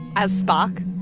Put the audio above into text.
as spock?